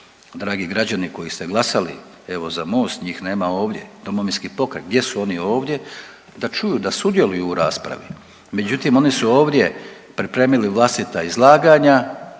dragi građani koji ste glasali, evo za Most, njih nema ovdje, Domovinski pokret, gdje su oni ovdje, da čuju, da sudjeluju u raspravi. Međutim, oni su ovdje pripremili vlastita izlaganja,